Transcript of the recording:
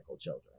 children